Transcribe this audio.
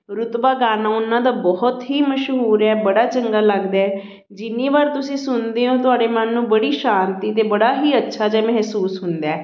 ਰੁਤਬਾ ਗਾਣਾ ਉਹਨਾਂ ਦਾ ਬਹੁਤ ਹੀ ਮਸ਼ਹੂਰ ਹੈ ਬੜਾ ਚੰਗਾ ਲੱਗਦਾ ਜਿੰਨੀ ਵਾਰ ਤੁਸੀਂ ਸੁਣਦੇ ਹੋ ਤੁਹਾਡੇ ਮਨ ਨੂੰ ਬੜੀ ਸ਼ਾਂਤੀ ਅਤੇ ਬੜਾ ਹੀ ਅੱਛਾ ਜਿਹਾ ਮਹਿਸੂਸ ਹੁੰਦਾ